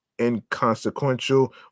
inconsequential